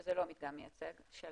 שזה לא מדגם מייצג של